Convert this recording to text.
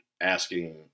asking